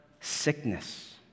sickness